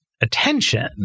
attention